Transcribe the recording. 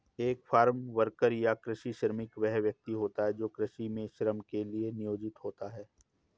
एक farm worker या कृषि श्रमिक वह व्यक्ति होता है जो कृषि में श्रम के लिए नियोजित होता है